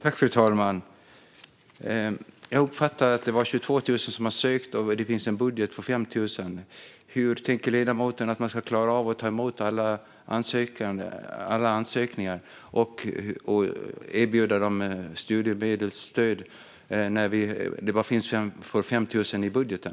Fru talman! Jag uppfattade att det är 22 000 som har sökt, och det finns en budget för 5 000. Hur tänker ledamoten att man ska klara av att ta emot alla ansökningar och erbjuda dem studiemedelsstöd när detta bara finns för 5 000 i budgeten?